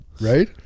right